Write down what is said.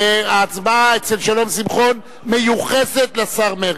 וההצבעה אצל שלום שמחון מיוחסת לשר מרגי.